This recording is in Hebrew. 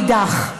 מאידך גיסא,